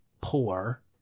poor